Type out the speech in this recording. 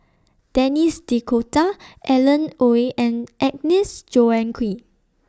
Denis D'Cotta Alan Oei and Agnes Joaquim